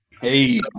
hey